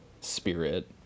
spirit